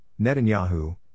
Netanyahu